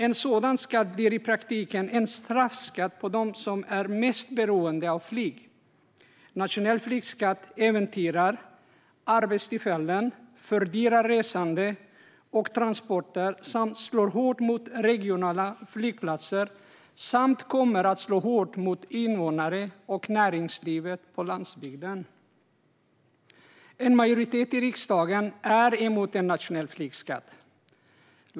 En sådan skatt blir i praktiken en straffskatt för dem som är mest beroende av flyg. En nationell flygskatt äventyrar arbetstillfällen, fördyrar resande och transporter samt slår hårt mot regionala flygplatser. Dessutom kommer den att slå hårt mot invånare och näringsliv på landsbygden. En majoritet i riksdagen är emot en nationell flygskatt.